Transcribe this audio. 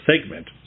segment